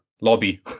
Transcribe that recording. Lobby